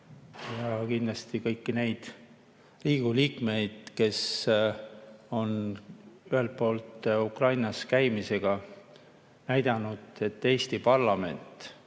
ja kindlasti ka kõiki neid Riigikogu liikmeid, kes on ühelt poolt Ukrainas käimisega näidanud, et Eesti parlament